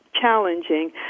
challenging